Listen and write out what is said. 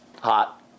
Hot